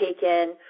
taken